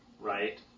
right